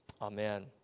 Amen